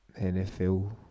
NFL